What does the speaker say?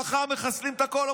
מחר מחסלים את הכול,